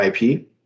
IP